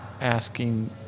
asking